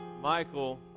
Michael